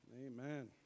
Amen